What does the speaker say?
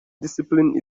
discipline